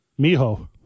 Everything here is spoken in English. Mijo